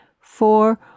four